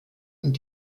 und